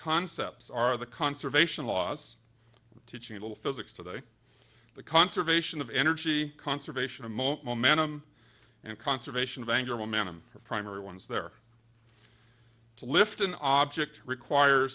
concepts are the conservation laws teaching a little physics today the conservation of energy conservation of momentum and conservation of angular momentum for primary ones there to lift an object require